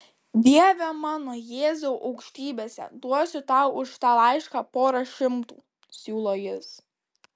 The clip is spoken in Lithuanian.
dieve mano jėzau aukštybėse duosiu tau už tą laišką porą šimtų siūlo jis